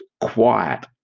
quiet